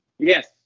Yes